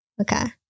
okay